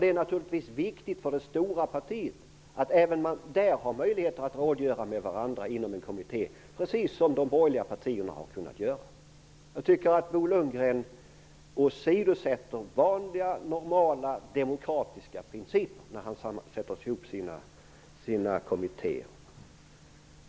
Det är naturligtvis viktigt för det stora partiet att man har möjlighet att rådgöra med varandra inom en kommitté, precis som de borgerliga partierna har kunnat göra. Jag tycker att Bo Lundgren åsidosätter vanliga normala demokratiska principer när han sätter ihop sina kommittéer.